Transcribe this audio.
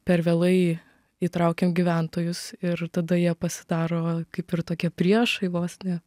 per vėlai įtraukiam gyventojus ir tada jie pasidaro va kaip ir tokie priešai vos ne